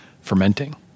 fermenting